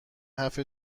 حرف